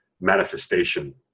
manifestation